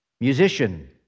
musician